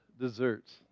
desserts